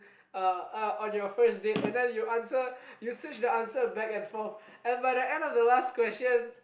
uh uh on your first date and then you answer you switch the answer back and forth and by the end of the last question